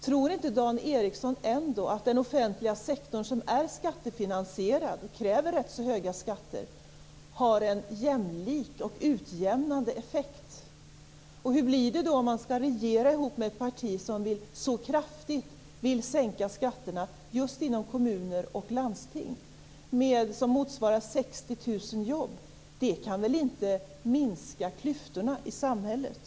Tror inte Dan Ericsson ändå att den offentliga sektorn, som är skattefinansierad och kräver rätt så höga skatter, har en jämlik och utjämnande effekt? Hur blir det då om man skall regera ihop med ett parti som så kraftigt vill sänka skatterna just inom kommuner och landsting, med motsvarande 60 000 jobb? Det kan väl inte minska klyftorna i samhället?